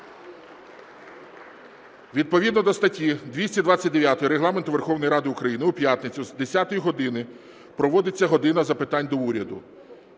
Відповідно до статті 229 Регламенту Верховної Ради України у п'ятницю, з 10 години, проводиться "година запитань до Уряду".